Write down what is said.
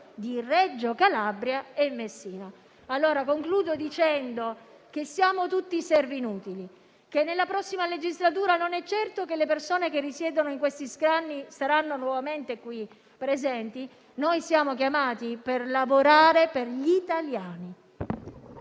di Reggio Calabria e Messina. Concludo dicendo che siamo tutti servi inutili e che nella prossima legislatura non è certo che le persone che risiedono in questi scranni saranno nuovamente qui presenti. Noi siamo chiamati a lavorare per gli italiani.